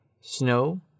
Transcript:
snow